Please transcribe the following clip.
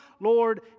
Lord